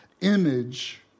image